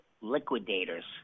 liquidators